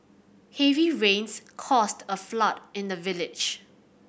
heavy rains caused a flood in the village